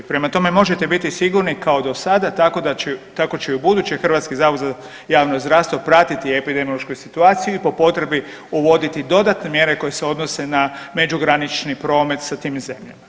Prema tome, možete biti sigurni kao do sada tako će i u buduće HZJZ pratiti epidemiološku situaciju i po potrebi uvoditi dodatne mjere koje se odnose na međugranični promet sa tim zemljama.